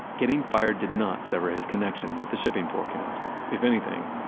getting fired did not sever his connection with the shipping forecast. if anything,